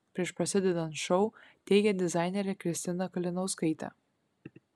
prieš prasidedant šou teigė dizainerė kristina kalinauskaitė